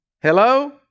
Hello